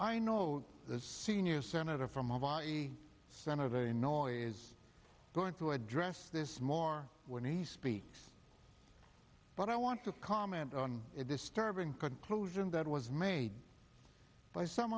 i know the senior senator from of the center of a noise is going to address this more when he speaks but i want to comment on it disturbing conclusion that was made by some